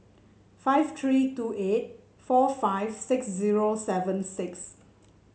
five three two eight four five six zero seven six